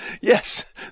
Yes